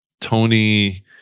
Tony